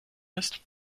ist